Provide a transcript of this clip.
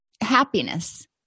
happiness